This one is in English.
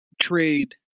trade